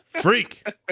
freak